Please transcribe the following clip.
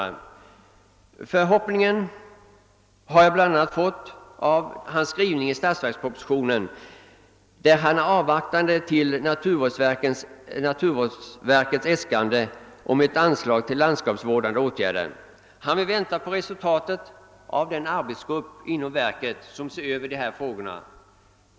Den förhoppningen har jag fått bl.a. av hans skrivning i statsverkspropositionen, där han säger sig avvakta naturvårdsverkets äskande av ett anslag till landskapsvårdande åtgärder. Han vill vänta på resultatet från den arbetsgrupp inom verket som har att se över dessa frågor.